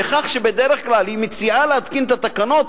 בדרך כלל היא מציעה להתקין את התקנות,